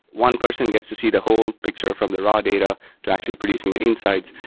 one person gets to see the whole picture from the raw data to actually producing the insights.